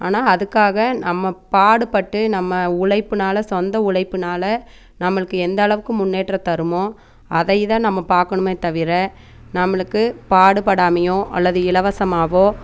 ஆனாள் அதுக்காக நம்ம பாடுபட்டு நம்ம உழைப்பினால சொந்த உழைப்பினால நம்மளுக்கு எந்த அளவுக்கு முன்னேற்றம் தருமோ அதை தான் நம்ம பார்க்கணுமே தவிர நம்மளுக்கு பாடுபடாமயோ அல்லது இலவசமாகவோ